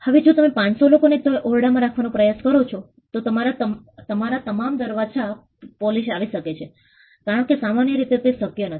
હવે જો તમે 500 લોકોને તે ઓરડામાં રાખવાનો પ્રયાસ કરો છો તો તમારા તમારા દરવાજે પોલીસ આવી શકે છે કારણ કે સામાન્ય રીતે તે શક્ય નથી